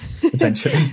Potentially